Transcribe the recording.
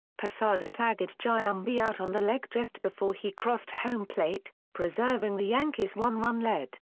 posada tagged giambi out on the leg just before he crossed home plate, preserving the yankees' one-run lead.